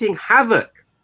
havoc